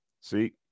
See